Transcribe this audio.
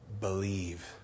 believe